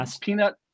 peanut